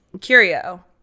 curio